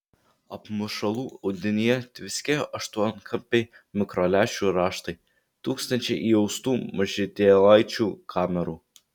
apmušalų audinyje tviskėjo aštuonkampiai mikrolęšių raštai tūkstančiai įaustų mažytėlaičių kamerų